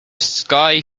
sky